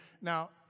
Now